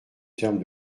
terme